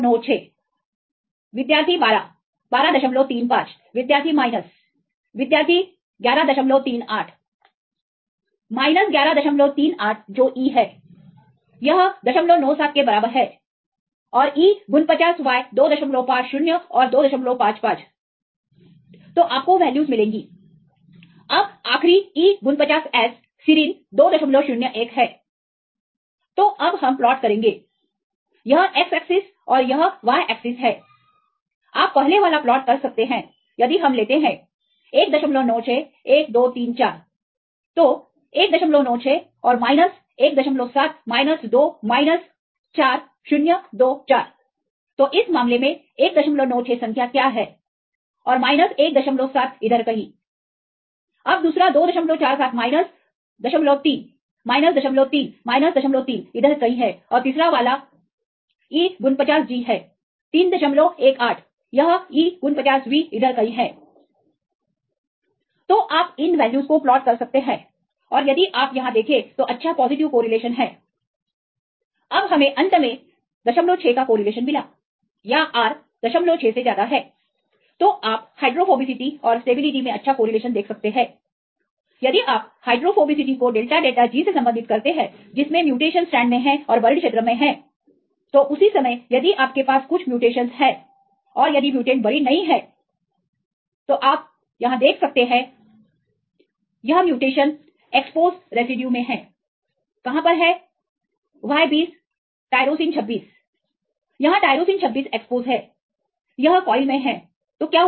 196 विद्यार्थी 12 1235 विद्यार्थी माइनस विद्यार्थी 1138 माइनस 1138 जो E है यह 097 के बराबर है और E49Y 250 और 255 तो आपको वैल्यूज मिलेंगी अब आखरी E49S सिरीन 201 है तो अब हम प्लॉट करेंगे यह X एक्सेस और यह Y एक्सेस हैआप पहले वाला प्लॉट कर सकते हैं यदि हम लेते हैं 1961 2 3 4 तो 196 और माइनस 17माइनस 2 माइनस 4024 तोइस मामले में 196 संख्या क्या है और माइनस 17 इधर कहीं अब दूसरा 247 माइनस 03 माइनस 03 माइनस 03 इधर कहीं है और तीसरा वाला E49G है318 यह E49V इधर कहीं है तो आप इन वैल्यूज को प्लॉट कर सकते हैं और यदि आप यहां देखें तो अच्छा पॉजिटिव कोरिलेशन है अब हमें अंत में 06 का कोरिलेशन मिला या r 06 से ज्यादा है तो आप हाइड्रोफोबिसिटी और स्टेबिलिटी में अच्छा कोरिलेशन देख सकते हैं यदि आप हाइड्रोफोबिसिटी को डेल्टा डेल्टा G से संबंधित करते हैं जिसमें म्यूटेशन स्टेरंड में है और बरीड क्षेत्र में है तो उसी समय यदि आपके पास कुछ म्यूटेशंस है और यदि म्युटेंट बरीड नहीं है तो आप यहां देख सकते हैं तो म्यूटेशन एक्सपोज रेसिड्यू में है कहां पर है Y 20 Tyr26 यहां Tyr26 एक्सपोज हैयह कॉइल में है तो क्या होगा